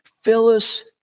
Phyllis